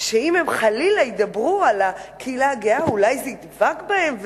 שאם הם חלילה ידברו על הקהילה הגאה אולי זה ידבק בהם.